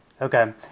Okay